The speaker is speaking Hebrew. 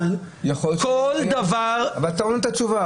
אבל כל דבר --- אבל אתה לא נותן תשובה,